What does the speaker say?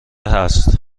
است